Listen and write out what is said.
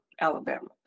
Alabama